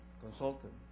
consultant